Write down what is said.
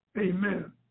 amen